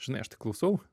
žinai aš tai klausau